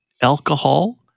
alcohol